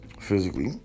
physically